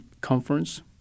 conference